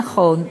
נכון,